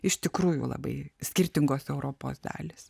iš tikrųjų labai skirtingos europos dalys